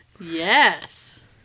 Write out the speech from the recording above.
Yes